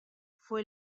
fue